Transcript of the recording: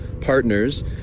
partners